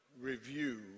review